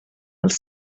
els